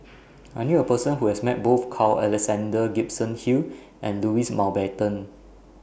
I knew A Person Who has Met Both Carl Alexander Gibson Hill and Louis Mountbatten